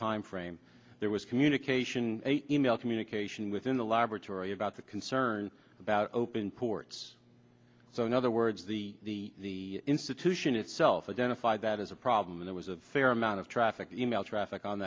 timeframe there was communication e mail communication within the laboratory about the concern about open ports so in other words the the institution itself identified it is a problem there was a fair amount of traffic e mail traffic on